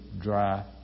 dry